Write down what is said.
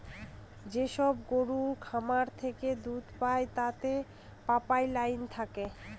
যেসব গরুর খামার থেকে দুধ পায় তাতে পাইপ লাইন থাকে